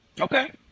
Okay